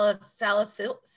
salicylic